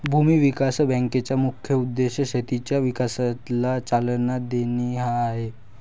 भूमी विकास बँकेचा मुख्य उद्देश शेतीच्या विकासाला चालना देणे हा आहे